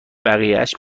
بقیهاش